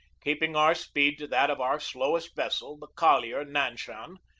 keeping our speed to that of our slowest vessel, the collier nanshan.